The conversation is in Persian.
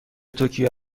توکیو